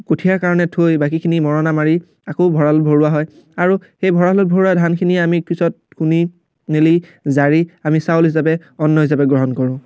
কঠীয়াৰ কাৰণে থৈ বাকীখিনি মৰণা মাৰি আকৌ ভঁৰালত ভৰোৱা হয় আৰু সেই ভঁৰালত ভৰোৱা ধানখিনিৰে আমি পিছত খুন্দি মেলি জাৰি আমি চাউল হিচাপে অন্ন হিচাপে গ্ৰহণ কৰোঁ